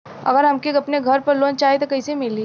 अगर हमके अपने घर पर लोंन चाहीत कईसे मिली?